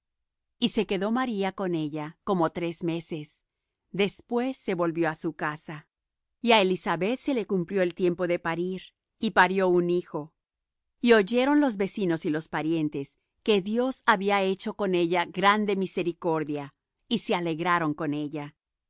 y se quedó maría con ella como tres meses después se volvió á su casa y á elisabet se le cumplió el tiempo de parir y parió un hijo y oyeron los vecinos y los parientes que dios había hecho con ella grande misericordia y se alegraron con ella